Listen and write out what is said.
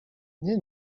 nie